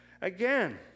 Again